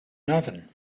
nothing